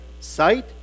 sight